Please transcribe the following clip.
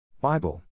Bible